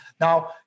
Now